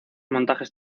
montajes